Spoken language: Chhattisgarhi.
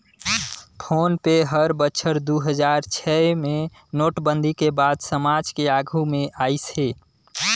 फोन पे हर बछर दू हजार छै मे नोटबंदी के बाद समाज के आघू मे आइस हे